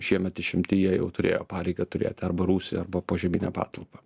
šiemet išimti jie jau turėjo pareigą turėt arba rūsį arba požeminę patalpą